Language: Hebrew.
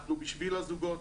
אנחנו בשביל הזוגות,